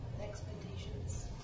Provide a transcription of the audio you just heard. Expectations